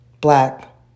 black